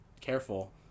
Careful